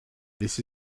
this